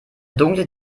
dunkle